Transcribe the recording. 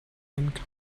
and